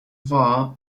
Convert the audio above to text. var